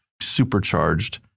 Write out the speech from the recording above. supercharged